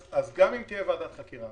אז גם אם תהיה ועדת חקירה